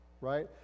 Right